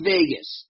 Vegas